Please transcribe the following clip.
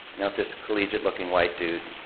know, if this collegiate-looking white dude